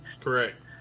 Correct